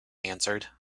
answered